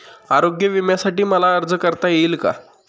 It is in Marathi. आरोग्य विम्यासाठी मला अर्ज करता येईल का?